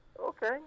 Okay